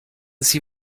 sie